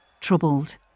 Troubled